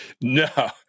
no